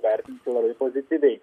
vertinu labai pozityviai